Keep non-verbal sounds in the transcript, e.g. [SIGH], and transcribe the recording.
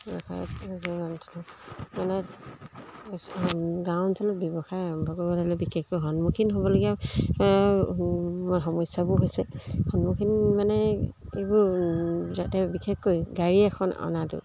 [UNINTELLIGIBLE] মানে গাঁও অঞ্চলত ব্যৱসায় আৰম্ভ কৰিব হ'লে বিশেষকৈ সন্মুখীন হ'বলগীয়া সমস্যাবোৰ হৈছে সন্মুখীন মানে এইবোৰ যাতে বিশেষকৈ গাড়ী এখন অনাটো